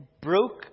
broke